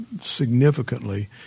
significantly